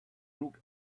look